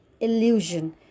illusion